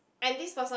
and this person